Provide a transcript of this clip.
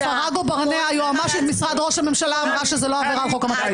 ברנע היועמ"שית במשרד ראש הממשלה אמרה שזה לא עבירה על- -- טלי.